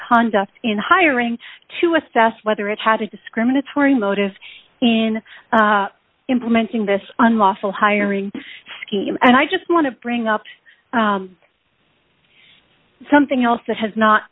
conduct in hiring to assess whether it had a discriminatory motive in implementing this unlawful hiring scheme and i just want to bring up something else that has not